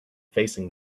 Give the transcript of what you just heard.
facing